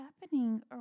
happening